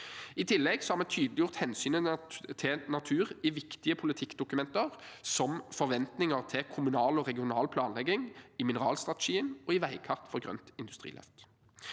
I tillegg har vi tydeliggjort hensynet til natur i viktige politikkdokumenter, som forventninger til kommunal og regional planlegging, i mineralstrategien og i veikart for grønt industriløft.